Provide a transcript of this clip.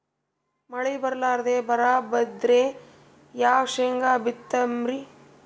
ಮಳಿ ಬರ್ಲಾದೆ ಬರಾ ಬಿದ್ರ ಯಾ ಶೇಂಗಾ ಬಿತ್ತಮ್ರೀ?